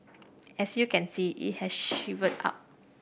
as you can see it has shrivelled up